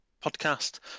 podcast